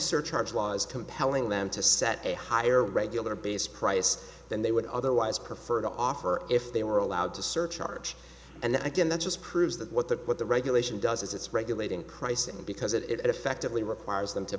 surcharge laws compelling them to set a higher regular base price than they would otherwise prefer to offer if they were allowed to surcharge and then again that just proves that what the what the regulation does is it's regulating pricing because it effectively requires them to